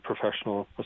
professional